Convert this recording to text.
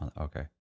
Okay